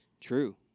True